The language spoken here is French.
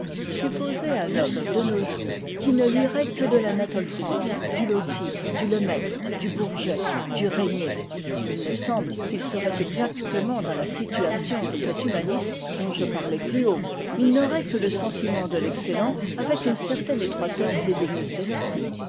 supposez un homme de nos jours qui ne lirait que de l'anatole france du loti du lemaître du bourget du régnier il me semble qu'il serait exactement dans la situation de cet humaniste dont je parlais plus haut il n'aurait que le sentiment de l'excellent avec une certaine étroitesse dédaigneuse d'esprit